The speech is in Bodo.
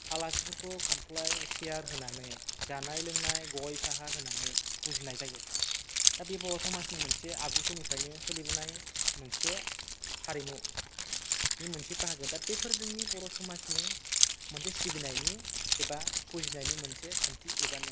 आलासिफोरखौ खामफ्लाय सियार होनानै जानाय लोंनाय गय साहा होनानै फुजिनाय जायो दा बे बर' समाजनि मोनसे आगु समनिफ्रायनो सोलिबोनाय मोनसे हारिमुनि मोनसे बाहागो दा बेफोर जोंनि बर' समाजनि मोनसे सिबिनायनि एबा फुजिनायनि मोनसे खान्थि एबा नियम